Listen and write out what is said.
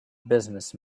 business